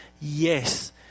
yes